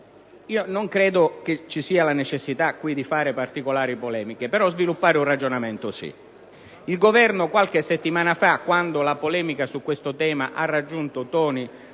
Non credo ci sia la necessità di fare qui particolari polemiche, però occorre sviluppare un ragionamento. Il Governo, qualche settimana fa, quando la polemica su questo tema aveva raggiunto toni